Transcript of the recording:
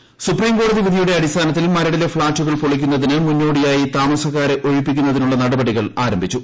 Maradu supreme കോടതി വിധിയുടെ അടിസ്ഥാനത്തിൽ മരടിലെ ഫ്ളാറ്റുകൾ പൊളിക്കുന്നതിന് മുന്നോടിയായി താമസ്സക്കാരെ ഒഴിപ്പിക്കുന്നതിനുള്ള നടപടികൾ ആരംഭിച്ചു